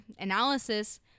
analysis